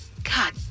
god